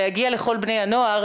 להגיע לכל בני הנוער.